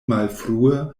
malfrue